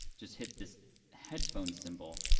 just hit this headphone symbol,